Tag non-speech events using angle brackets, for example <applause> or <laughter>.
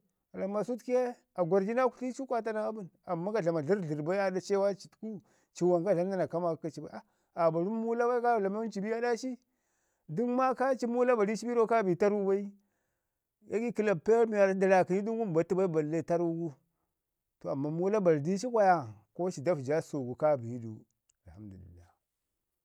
a ramu man sutku ye a gwarrji naa kutli ci ye kwa ta ma abən. Amman ka dlama dlərrdlərr bai aa ɗa cewa ci təku ciwan ka dlamu nana ka maakə kəci bai <hesitation> aa barun muula bai, ka dlaman ci bi ii aɗa ci? Dək maakaci muula bari ci bin rro kaa bi tarrau bai. ɗagai kəlappiya mi waarra da aakənyi du ngum ba tu bai balle tarru gu. To amman Muula bari di ci kwaya, ko ci da vəji a səsu gu kaa bi du. Alhamdulillah.